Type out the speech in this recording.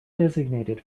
designated